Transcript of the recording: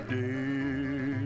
day